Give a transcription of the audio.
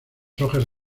hojas